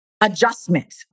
adjustment